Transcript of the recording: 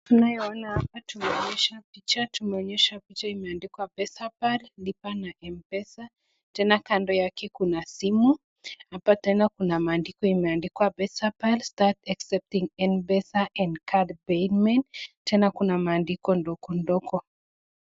Tunayoona hapa tumeonyeshwa picha, tumeonyeshwa picha imeandikwa pesapal lipa na mpesa, tena kando yake kuna simu, hapa tena kuna maandiko imeandikwa pesapal start accepting Mpesa and card payments tena kuna maandiko ndogo ndogo.